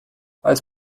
als